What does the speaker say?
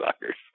suckers